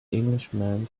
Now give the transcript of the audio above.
englishman